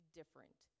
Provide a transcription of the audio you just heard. different